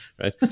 right